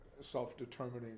self-determining